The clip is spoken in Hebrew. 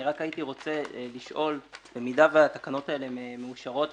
אני רוצה לשאול - אם התקנות האלה מאושרות,